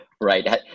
right